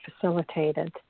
facilitated